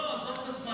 לא, עזוב את הזמן.